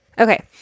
Okay